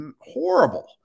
horrible